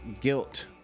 guilt